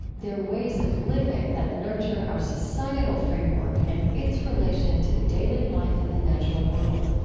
they're ways of living that nurture our societal framework and its relation to daily life in the natural world